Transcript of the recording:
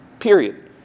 period